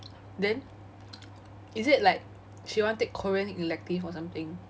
then is it like she want take korean elective or something